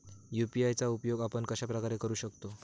UPI चा उपयोग आपण कशाप्रकारे करु शकतो?